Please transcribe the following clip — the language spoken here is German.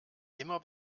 immer